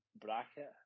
bracket